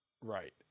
Right